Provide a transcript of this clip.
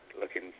looking